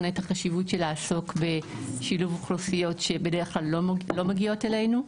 בחשיבות לעסוק באוכלוסיות שבדרך כלל לא מגיעות אלינו,